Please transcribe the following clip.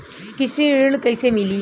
कृषि ऋण कैसे मिली?